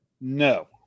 No